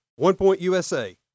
OnePointUSA